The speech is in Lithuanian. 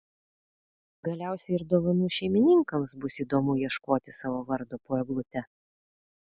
galiausiai ir dovanų šeimininkams bus įdomu ieškoti savo vardo po eglute